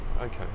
okay